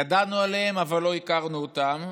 ידענו עליהם אבל לא הכרנו אותם,